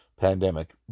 pandemic